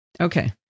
Okay